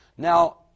Now